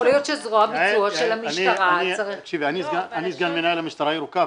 להיות שזרוע הביצוע של המשטרה --- אני סגן מנהל המשטרה הירוקה,